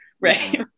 Right